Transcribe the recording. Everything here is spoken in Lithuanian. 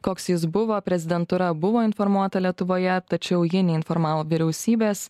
koks jis buvo prezidentūra buvo informuota lietuvoje tačiau ji neinformavo vyriausybės